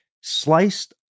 sliced